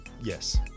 Yes